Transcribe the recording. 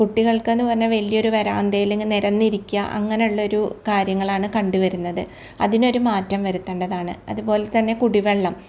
കുട്ടികൾക്കെന്ന് പറഞ്ഞാൽ വലിയൊരു വരാന്തയിലങ്ങ് നിരന്ന് ഇരിക്കുക അങ്ങനെ ഉള്ള ഒരു കാര്യങ്ങളാണ് കണ്ടുവരുന്നത് അതിന് ഒരു മാറ്റം വരുത്തേണ്ടതാണ് അതുപോലെ തന്നെ കുടിവെള്ളം